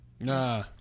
Nah